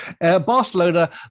Barcelona